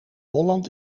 holland